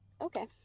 Okay